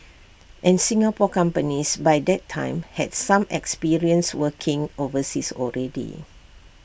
and Singapore companies by that time had some experience working overseas already